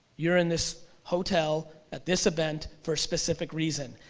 you're in this hotel at this event, for a specific reason,